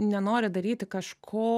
nenori daryti kažko